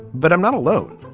but i'm not alone.